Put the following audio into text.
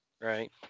Right